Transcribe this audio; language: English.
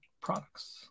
products